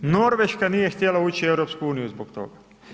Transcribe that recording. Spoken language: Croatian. Norveška nije htjela ući u EU zbog toga.